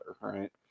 right